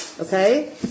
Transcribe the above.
Okay